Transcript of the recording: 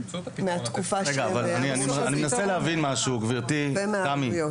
אני מנסה להבין משהו, גבירתי, תמי.